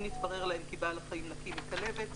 אם נתברר להם כי בעל החיים נקי מכלבת,